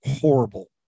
horrible